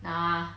nah